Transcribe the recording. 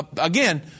Again